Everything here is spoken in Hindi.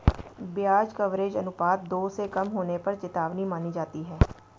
ब्याज कवरेज अनुपात दो से कम होने पर चेतावनी मानी जाती है